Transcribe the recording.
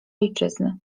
ojczyzny